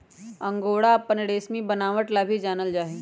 angora अपन रेशमी बनावट ला भी जानल जा हई